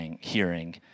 hearing